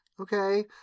okay